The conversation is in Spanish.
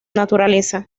naturaleza